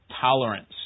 tolerance